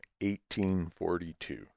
1842